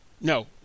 no